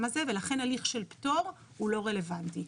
הזה ולכן הליך של פטור הוא לא רלוונטי.